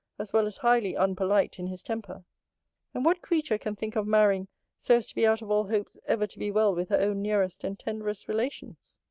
as well as highly unpolite in his temper and what creature can think of marrying so as to be out of all hopes ever to be well with her own nearest and tenderest relations?